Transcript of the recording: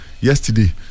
yesterday